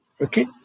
Okay